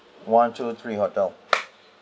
one two three hotel